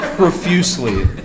profusely